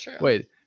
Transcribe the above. wait